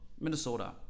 Minnesota